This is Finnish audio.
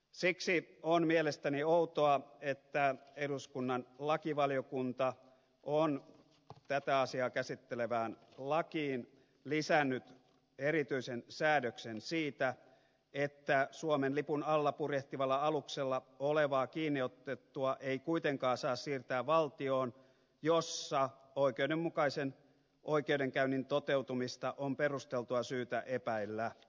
siksi on mielestäni outoa että eduskunnan lakivaliokunta on tätä asiaa käsittelevään lakiin lisännyt erityisen säädöksen siitä että suomen lipun alla purjehtivalla aluksella olevaa kiinniotettua ei kuitenkaan saa siirtää valtioon jossa oikeudenmukaisen oikeudenkäynnin toteutumista on perusteltua syytä epäillä